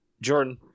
Jordan